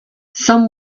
some